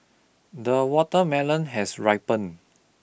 the watermelon has ripened